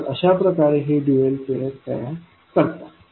तर अशा प्रकारे हे डूएल पेयर तयार करतात